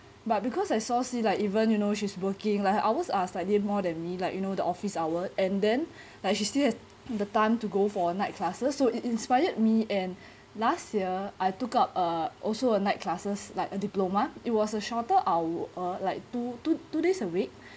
but because I saw see like even you know she's working like her hours are slightly more than me like you know the office hour and then like she still has the time to go for night classes so it inspired me and last year I took up uh also a night classes like a diploma it was a shorter hour like two two two days a week